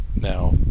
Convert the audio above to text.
Now